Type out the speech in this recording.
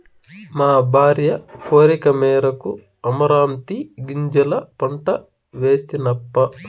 మా భార్య కోరికమేరకు అమరాంతీ గింజల పంట వేస్తినప్పా